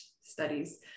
studies